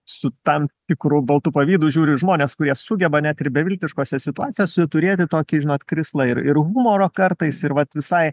su tam tikru baltu pavydu žiūriu į žmones kurie sugeba net ir beviltiškose situacijose turėti tokį žinot krislą ir ir humoro kartais ir vat visai